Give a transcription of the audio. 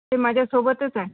माझ्यासोबतच आहे